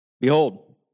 Behold